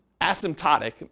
asymptotic